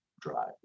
drive